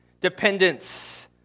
dependence